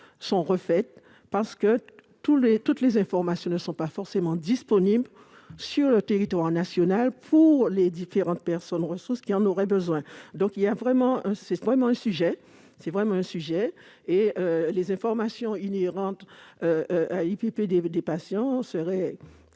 sont refaites parce que les informations ne sont pas forcément disponibles sur le territoire national pour les différentes personnes ressources qui en auraient besoin. C'est donc un vrai sujet. Les informations inhérentes à la santé des patients devraient